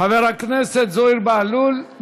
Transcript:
חבר הכנסת זוהיר בהלול,